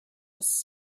was